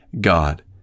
God